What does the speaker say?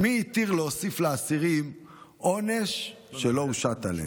מי התיר להוסיף לאסירים עונש שלא הושת עליהם?